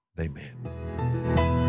Amen